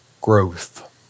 growth